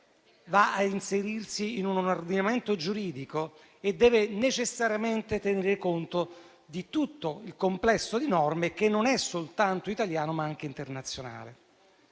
va a inserirsi in un ordinamento giuridico e deve necessariamente tenere conto di tutto il complesso di norme che è non soltanto italiano, ma anche internazionale.